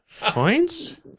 Points